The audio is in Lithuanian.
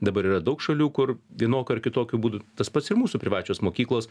dabar yra daug šalių kur vienokiu ar kitokiu būdu tas pats ir mūsų privačios mokyklos